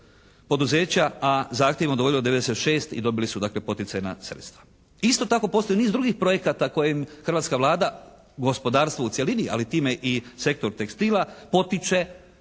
poduzeća a zahtjevom je udovoljilo 96 i dobili su dakle poticajna sredstva. Isto tako postoje niz drugih projekata kojim hrvatska Vlada, gospodarstvo u cjelini, ali time i sektor tekstila potiče